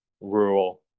rural